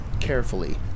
carefully